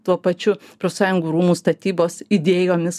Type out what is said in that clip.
tuo pačiu profsąjungų rūmų statybos idėjomis